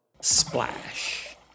Splash